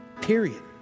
Period